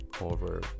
over